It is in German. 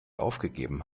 aufgegeben